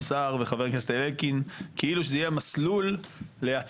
סער וחבר הכנסת אלקין כאילו זה יהיה מסלול להצנחה